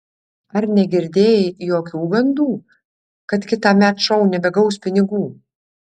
ar negirdėjai jokių gandų kad kitąmet šou nebegaus pinigų